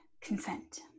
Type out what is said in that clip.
consent